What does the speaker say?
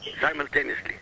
simultaneously